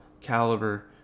caliber